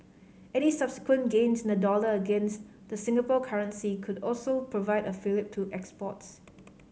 any subsequent gains in the dollar against the Singapore currency could also provide a fillip to exports